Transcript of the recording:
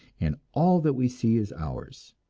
and all that we see is ours.